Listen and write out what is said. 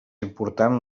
important